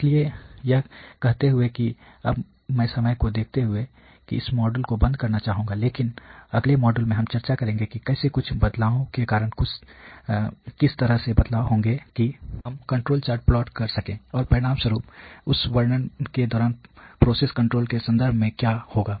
इसलिए यह कहते हुए कि अब मैं समय को देखते हुए में इस मॉड्यूल को बंद करना चाहूंगा लेकिन अगले मॉड्यूल में हम चर्चा करेंगे कि कैसे कुछ बदलावों के कारण किस तरह से बदलाव होंगे कि हम कण्ट्रोल चार्ट प्लाट कर सके और परिणामस्वरूप उस वर्णन के दौरान प्रोसेस कण्ट्रोल के संदर्भ में क्या होगा